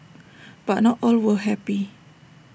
but not all were happy